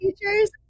teachers